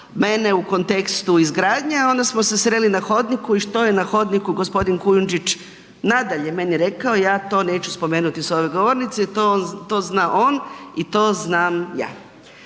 mene u kontekstu izgradnje, a onda smo se sreli na hodniku i što je na hodniku gospodin Kujundžić nadalje meni rekao, ja to neću spomenuti s ove govornice, to zna on i to znam ja.